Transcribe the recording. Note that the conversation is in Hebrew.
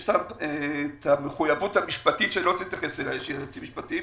יש את המחויבות המשפטית ונמצאים פה יועצים משפטיים.